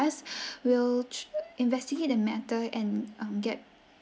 us we'll ch~ investigate the matter and um get